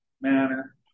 manner